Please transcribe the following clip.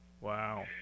Wow